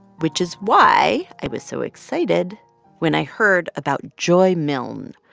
which is why i was so excited when i heard about joy milne,